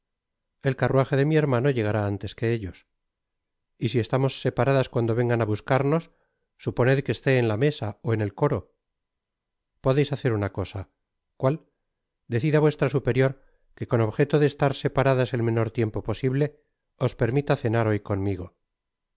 el carruaje de mi hermano llegará antes que ellos y si estamos separadas cuando vengan á buscarnos suponed que esté en la mesa ó en el coro podeis hacer una cosa cuál decir á vuestra buena superiora que con objeto de estar separadas el menor tiempo posible os permita cenar hoy conmigo